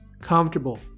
comfortable